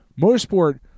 motorsport